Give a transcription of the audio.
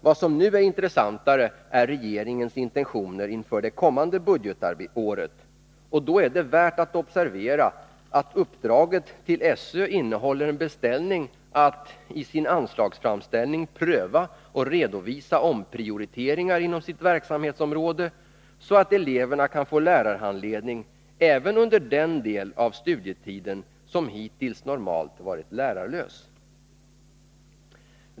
Vad som nu är intressantare är regeringens intentioner inför det kommande budgetåret, och då är det värt att observera att uppdraget till SÖ innehåller en beställning att ”i sin anslagsframställning pröva och redovisa omprioriteringar inom sitt verksamhetsområde så att eleverna kan få lärarhandledning även under den del av studietiden som hittills normalt varit lärarlös”.